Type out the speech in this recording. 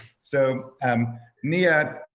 so um nia,